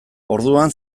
orduan